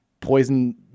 Poison